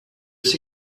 sais